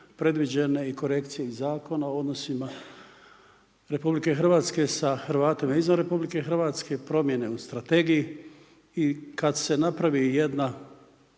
predviđene i korekcije iz zakona o odnosima Republike Hrvatske sa Hrvatima izvan Republike Hrvatske, promjene u strategiji i kada se napravi jedna